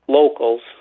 locals